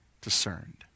discerned